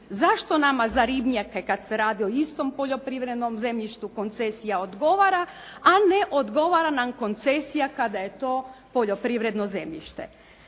Zašto nama za ribnjake kada se radi o istom poljoprivrednom zemljištu koncesija odgovara a ne odgovara nam koncesija kada je to poljoprivredno zemljište.